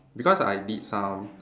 because I did some